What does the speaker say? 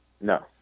No